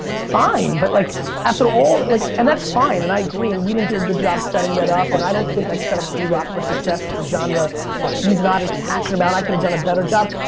fine but like after all that like and that's fine and i agree and we didn't do a good job setting that up and i don't think i set up drock for success. it's a genre that he's not as passionate about. i could have done a better job.